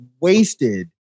wasted